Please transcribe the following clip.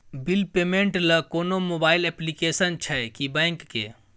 Bill payment ल कोनो mobile application छै की बैंक के?